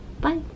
Bye